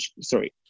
sorry